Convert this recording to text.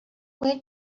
when